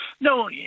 No